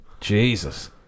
Jesus